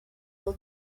will